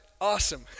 awesome